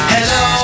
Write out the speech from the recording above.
Hello